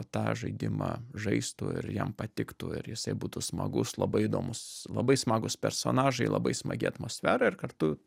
tą žaidimą žaistų ir jam patiktų ir jisai būtų smagus labai įdomus labai smagūs personažai labai smagi atmosfera ir kartu